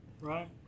right